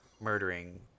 murdering